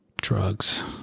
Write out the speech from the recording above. Drugs